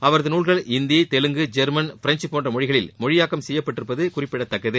அவரது நூல்கள் Hindi Telugu German French போன்ற மொழிகளில் மொழியாக்கம் செய்யப்பட்டிருப்பது குறிப்பிடத்தக்கது